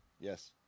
Yes